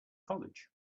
college